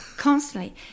Constantly